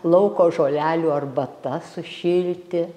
lauko žolelių arbata sušilti